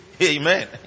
Amen